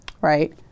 right